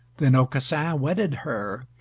then aucassin wedded her,